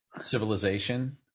civilization